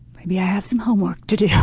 maybe i have some homework to do.